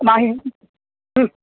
माहिं ह्म्